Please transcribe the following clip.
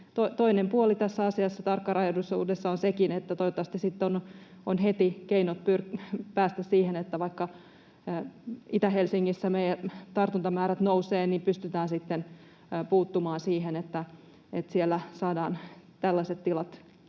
toinen puoli tässä asiassa, tarkkarajaisuudessa, on sekin, että toivottavasti sitten on heti keinot päästä siihen, että vaikka Itä-Helsingissä meidän tartuntamäärät nousevat, niin pystytään puuttumaan siihen, että siellä saadaan tällaiset tilat myös